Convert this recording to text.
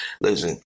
listen